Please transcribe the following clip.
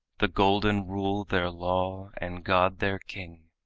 the golden rule their law and god their king